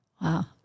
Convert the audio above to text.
Wow